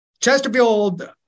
Chesterfield